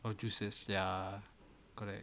of juices ya correct